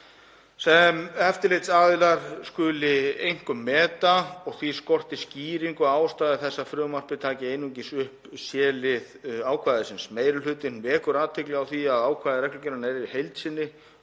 sem eftirlitsaðilar skuli einkum meta og því skorti skýringu og ástæðu þess að frumvarpið taki einungis upp c-lið ákvæðisins. Meiri hlutinn vekur athygli á því að ákvæði reglugerðarinnar er í heild sinni